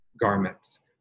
garments